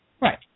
Right